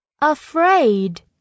Afraid